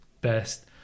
best